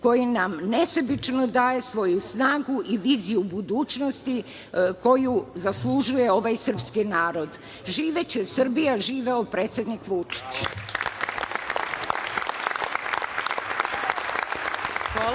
koji nam nesebično daju svoju snagu i viziju budućnosti koju zaslužuje ovaj sprski narod. Živeće Srbija! Živeo predsednik Vučić!